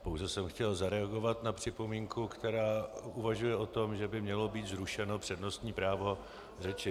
Pouze jsem chtěl zareagovat na připomínku, která uvažuje o tom, že by mělo být zrušeno přednostní právo v řeči.